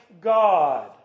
God